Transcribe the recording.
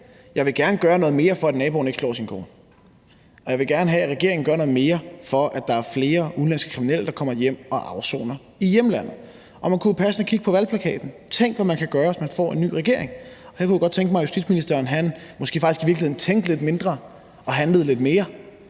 jeg vil gerne gøre noget mere for, at naboen ikke slår sin kone, og jeg vil gerne have, at regeringen gør noget mere for, at der er flere udenlandske kriminelle, der kommer hjem og afsoner i hjemlandet. Man kunne passende kigge på valgplakaten: »Tænk hvad man kan gøre, hvis man får en ny regering«. Her kunne jeg jo godt tænke mig, at justitsministeren måske faktisk i virkeligheden tænkte lidt mindre og handlede lidt mere,